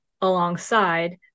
alongside